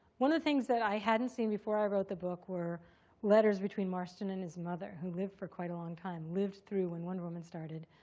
one of the things that i hadn't seen before i wrote the book were letters between marston and his mother, who lived for quite a long time lived through when wonder woman started.